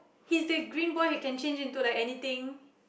he's the green boy he can change into like anything